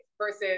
versus